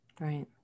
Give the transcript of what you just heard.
right